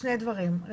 שני דברים ראשית,